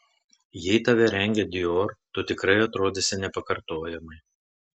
jei tave rengia dior tu tikrai atrodysi nepakartojamai